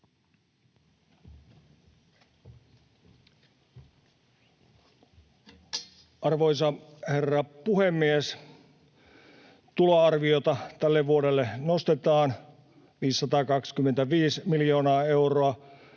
Arvoisa herra puhemies! Tuloarviota tälle vuodelle nostetaan 525 miljoonaa euroa